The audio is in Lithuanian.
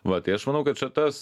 va tai aš manau kad čia tas